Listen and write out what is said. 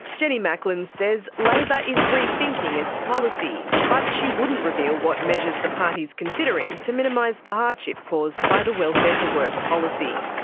jenny macklin says labor is re-thinking its policy. but she wouldn't reveal what measures the party is considering to minimise the hardship caused by the welfare-to-work policy.